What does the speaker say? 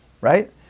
right